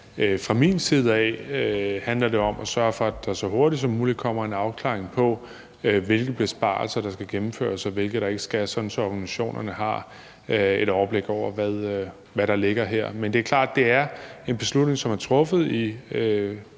fra min side handler det om at sørge for, at der så hurtigt som muligt kommer en afklaring på, hvilke besparelser der skal gennemføres, og hvilke der ikke skal, sådan at organisationerne har et overblik over, hvad der ligger her. Men det er klart, at det er en beslutning, som er truffet i